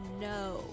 No